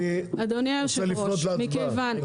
אני רוצה לעבור להצבעה.